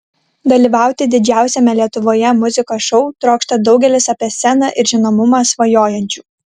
dalyvauti didžiausiame lietuvoje muzikos šou trokšta daugelis apie sceną ir žinomumą svajojančių